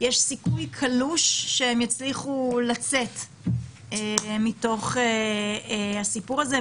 יש סיכוי קלוש שהם יצליחו לצאת מתוך הסיפור הזה.